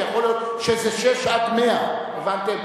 כי יכול להיות שזה 6 עד 100. הבנתם?